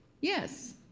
Yes